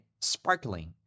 sparkling